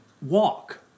walk